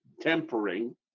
tempering